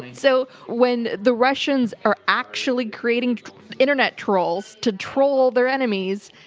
and so when the russians are actually creating internet trolls to troll their enemies,